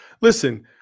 listen –